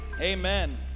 amen